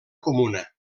comuna